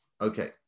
okay